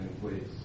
please